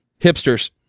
hipsters